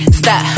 stop